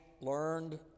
learned